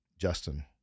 Justin